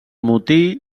motí